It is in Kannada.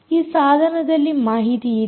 ಈ ಸಾಧನದಲ್ಲಿ ಮಾಹಿತಿಯಿದೆ